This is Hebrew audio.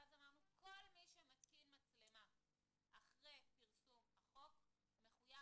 ואז אמרנו: כל מי שמתקין מצלמה אחרי פרסום החוק מחויב,